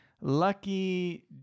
Lucky